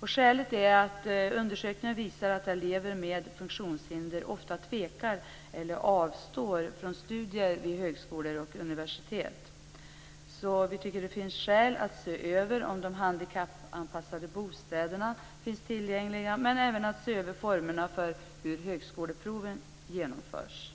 Skälet är att undersökningar visar att elever med funktionshinder ofta tvekar eller avstår från studier vid högskolor och universitet. Vi tycker att det finns skäl att se över om de handikappanpassade bostäderna finns tillgängliga och även att se över formerna för hur högskoleprovet genomförs.